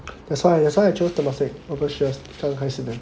that's why that's why I chose Temasek over Shears 刚开始 then